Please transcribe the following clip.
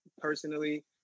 personally